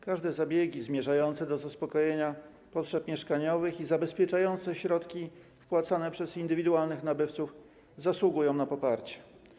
Każde zabiegi zmierzające do zaspokojenia potrzeb mieszkaniowych i zabezpieczenia środków wpłaconych przez indywidualnych nabywców zasługują na poparcie.